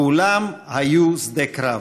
כולם היו שדה קרב.